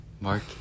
Mark